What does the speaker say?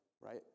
right